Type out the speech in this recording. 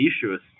issues